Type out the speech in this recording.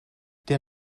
der